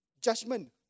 judgment